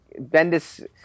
Bendis